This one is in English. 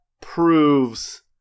proves